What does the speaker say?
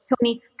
Tony